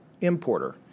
importer